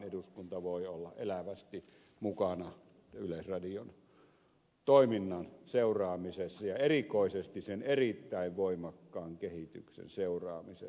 eduskunta voi olla elävästi mukana yleisradion toiminnan ja erikoisesti sen erittäin voimakkaan kehityksen seuraamisessa